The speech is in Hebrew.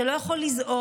שלא יכול לזעוק,